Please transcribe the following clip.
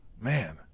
man